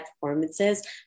performances